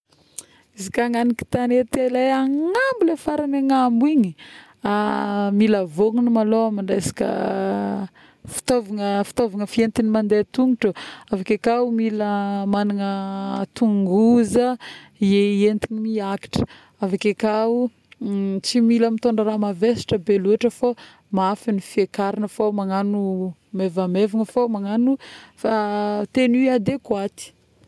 Izy ka agnaniky tagnety le agnambo faragny le agnambo igny˂hesitation˃mila vognono malôha amin-dresaka fitaovigna, fitaovagna fientigna mandeha tongotra ô! Avike kao mila magnana tongoza entigny hiakatra, aveke kao tsy mila mitôndra raha mavesatra be lôtra fô mafy ny fiakaragna fô magnano maivamaivagna, fô magnano tenue adéquate